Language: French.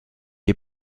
est